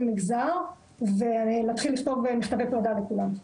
נגזר ולהתחיל לכתוב מכתבי פרידה לכולם,